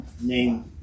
name